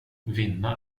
vinna